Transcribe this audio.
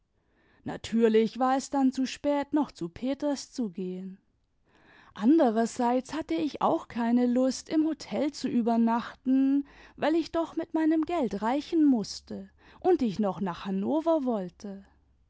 natürlich war es dann zu spät noch zu peters zu gehen anderseits hatte ich auch keine lust im hotel zu übernachten weil ich doch mit meinem geld reichen mußte und ich noch nach hannover wollte